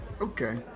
okay